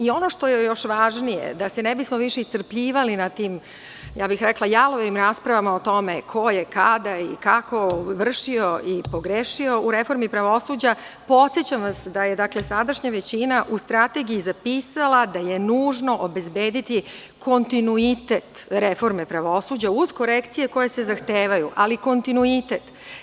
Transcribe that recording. Ono što je još važnije, da se ne bismo više iscrpljivali na tim jalovim raspravama o tome ko je kada i kako vršio i pogrešio u reformi pravosuđa, podsećam vas da je sadašnja većina u strategiji zapisala da je nužno obezbediti kontinuitet reforme pravosuđa, uz korekcije se zahtevaju, ali kontinuitet.